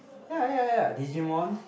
ya ya ya Digimon